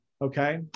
Okay